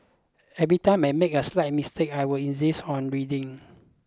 every time I made a slight mistake I would insist on redoing